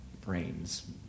brains